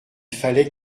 fallait